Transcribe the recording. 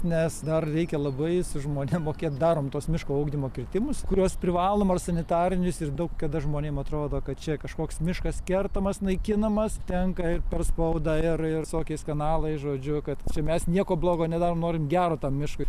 nes dar reikia labai su žmonėm mokėt darom tuos miško ugdymo kirtimus kuriuos privalom ir sanitarinius ir daug kada žmonėm atrodo kad čia kažkoks miškas kertamas naikinamas tenka ir per spaudą ir ir visokiais kanalais žodžiu kad čia mes nieko blogo nedarom norim gero tam miškui